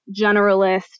generalist